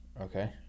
Okay